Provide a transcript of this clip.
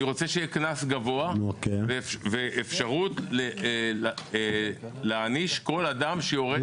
אני רוצה שיהיה קנס גבוה ואפשרות להעניש כל אדם שיורד מה-